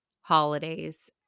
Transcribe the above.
holidays